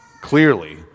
Clearly